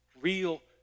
real